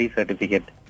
Certificate